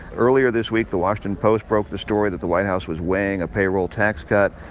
earlier this week, the washington post broke the story that the white house was weighing a payroll tax cut.